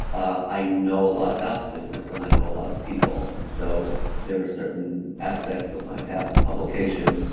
i know a lot about the business and i know a lot of people and so there were certain aspects of my path, the publication,